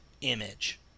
image